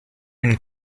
une